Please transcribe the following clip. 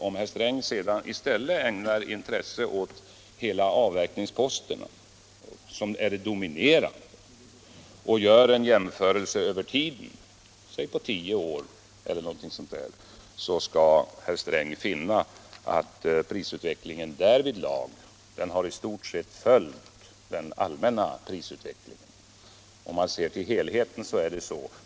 Om herr Sträng i stället ägnar intresse åt avverkningsposterna, som är de helt dominerande, och gör en jämförelse över tiden, låt oss säga på tio år, så skall herr Sträng finna att prisutvecklingen därvidlag i stort sett har följt den allmänna prisutvecklingen. Om man ser till helheten så är det så.